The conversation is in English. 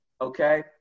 okay